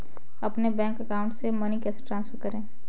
अपने bank account से money कैसे ट्रांसफर करें?